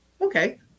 Okay